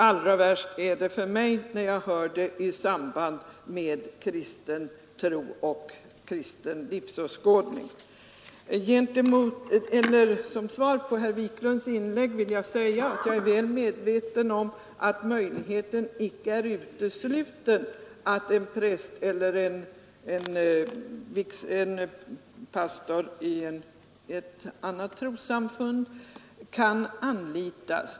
Allra värst är det för mig när jag i samband med kristen tro och kristen livsåskådning hör detta uttryck ”vi kristna”. Som svar på herr Wiklunds inlägg vill jag säga att jag är väl medveten om att möjligheten inte är utesluten att anlita en präst eller pastor i ett annat trossamfund.